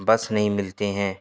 بس نہیں ملتے ہیں